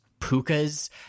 pukas